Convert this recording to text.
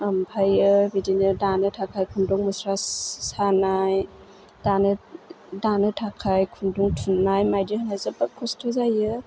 ओमफ्राय बिदिनो दानो थाखाय खुन्दुं मुस्रा सानाय दानो दानो थाखाय खुन्दुं थुननाय मायदि होनाय जोबोद खस्थ' जायो